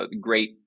great